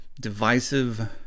divisive